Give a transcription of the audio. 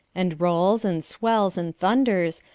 and rolls, and swells, and thunders,